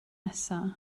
nesaf